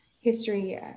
history